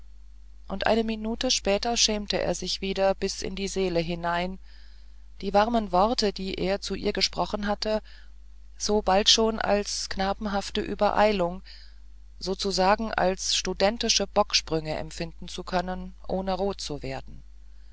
und eine minute später schämte er sich wieder bis in die seele hinein die warmen worte die er zu ihr gesprochen hatte so bald schon als knabenhafte übereilung sozusagen als studentische bocksprünge empfinden zu können ohne rot zu werden